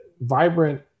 vibrant